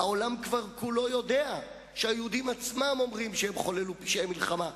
העולם כבר כולו יודע שהיהודים עצמם אומרים שהם חוללו פשעי מלחמה,